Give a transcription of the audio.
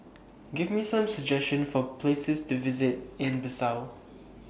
Give Me Some suggestions For Places to visit in Bissau